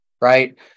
right